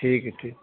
ٹھیک ہےٹیک